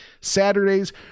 Saturdays